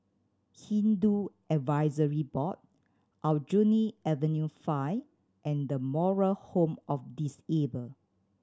Hindu Advisory Board Aljunied Avenue Five and The Moral Home of Disabled